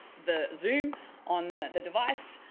the zoom on the the device,